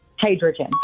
Hydrogen